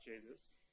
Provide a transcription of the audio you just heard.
Jesus